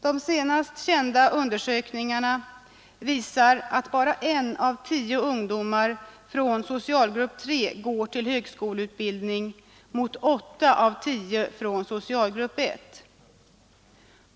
De senast kända undersökningarna visar att bara en av tio ungdomar från socialgrupp 3 går till högskoleutbildning mot åtta av tio från socialgrupp 1.